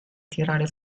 tirare